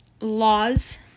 laws